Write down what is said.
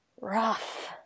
rough